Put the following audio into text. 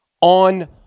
on